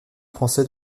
français